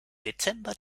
dezember